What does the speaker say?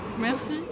Merci